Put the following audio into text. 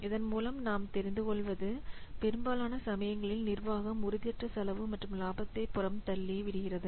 இதன் மூலம் நாம் தெரிந்து கொள்வது பெரும்பாலான சமயங்களில் நிர்வாகம் உறுதியற்ற செலவு மற்றும் லாபத்தை புறம்தள்ளி விடுகிறது